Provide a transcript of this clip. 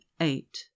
eight